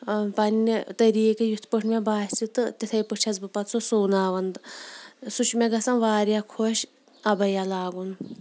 پنٛنہِ طٔریٖقہٕ یِتھ پٲٹھۍ مےٚ باسہِ تہٕ تِتھَے پٲٹھۍ چھس بہٕ پَتہٕ سُہ سُوناوان سُہ چھِ مےٚ گژھان واریاہ خۄش اَبَیا لاگُن